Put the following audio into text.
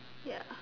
ya